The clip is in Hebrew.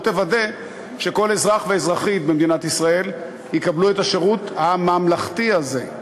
לא תוודא שכל אזרח ואזרחית במדינת ישראל יקבלו את השירות הממלכתי הזה.